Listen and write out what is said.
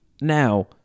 now